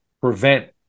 prevent